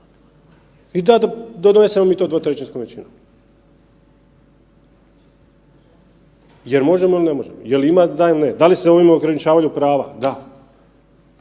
i da donesemo to dvotrećinskom većinom. Jel možemo ili ne možemo, jel da ili ne? Da li se ovime ograničavaju prava? Da.